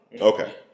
Okay